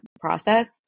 process